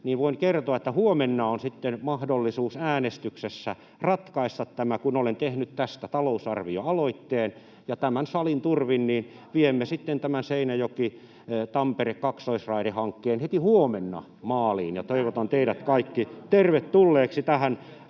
ja voin kertoa, että huomenna on sitten mahdollisuus äänestyksessä ratkaista tämä, kun olen tehnyt tästä talousarvioaloitteen, ja tämän salin turvin [Suna Kymäläisen välihuuto] viemme sitten tämän Seinäjoki—Tampere-kaksoisraidehankkeen heti huomenna maaliin. Toivotan teidät kaikki tervetulleiksi